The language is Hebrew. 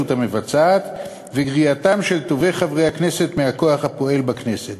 המבצעת וגריעתם של טובי חברי הכנסת מהכוח הפועל בכנסת,